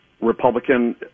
republican